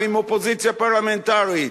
ועם אופוזיציה פרלמנטרית,